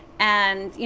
and, you